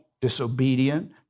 disobedient